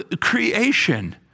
creation